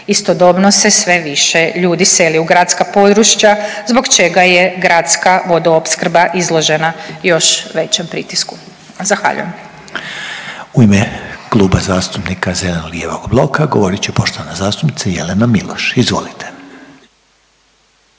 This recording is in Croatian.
Istodobno se sve više ljudi seli u gradska područja zbog čega je gradska vodoopskrba izložena još većem pritisku. Zahvaljujem. **Reiner, Željko (HDZ)** U ime Kluba zastupnika zeleno-lijevog bloka govorit će poštovana zastupnica Jelena Miloš, izvolite.